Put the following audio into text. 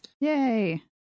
Yay